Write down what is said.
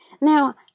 Now